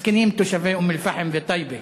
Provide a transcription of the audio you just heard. מסכנים תושבי אום-אלפחם וטייבה.